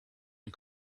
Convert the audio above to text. and